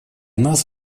нас